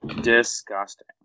Disgusting